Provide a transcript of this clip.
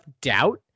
doubt